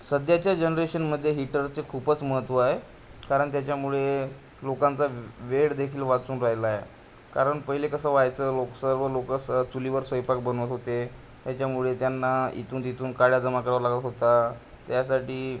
सध्याच्या जनरेशनमध्ये हीटरचे खूपच महत्त्व आहे कारण त्याच्यामुळे लोकांचा व वेळदेखील वाचून राहिला आहे कारण पहिले कसं व्हायचं लोक सर्व लोक स चुलीवर स्वयंपाक बनवत होते त्याच्यामुळे त्यांना इथून तिथून काड्या जमा करावा लागत होता त्यासाठी